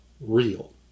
real